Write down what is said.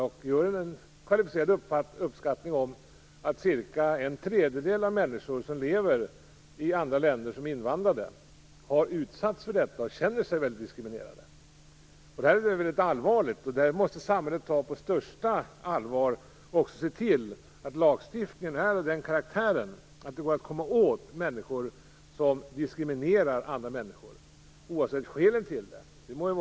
Man gör en kvalificerad uppskattning om att cirka en tredjedel av de människor som lever i andra länder som invandrade har utsatts för diskriminering och känner sig väldigt diskriminerade. Detta är mycket allvarligt. Samhället måste ta detta på största allvar och se till att lagstiftningen blir av den karaktären att det går att komma åt människor som diskriminerar andra människor, oavsett skälet till diskrimineringen.